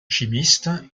chimiste